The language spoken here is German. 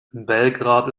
belgrad